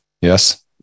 Yes